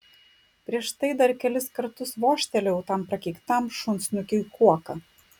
prieš tai dar kelis kartus vožtelėjau tam prakeiktam šunsnukiui kuoka